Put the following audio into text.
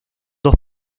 dos